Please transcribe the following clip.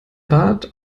bart